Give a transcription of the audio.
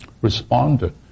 responded